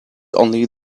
only